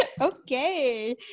okay